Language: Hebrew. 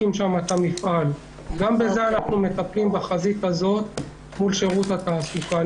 אנחנו מטפלים גם בחזית הזאת מול שירות התעסוקה.